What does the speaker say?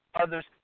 others